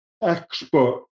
expert